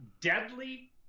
deadly